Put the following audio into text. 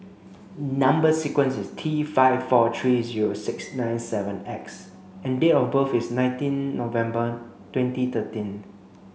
number sequence is T five four three zero six nine seven X and date of birth is nineteen November twenty thirteen